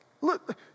look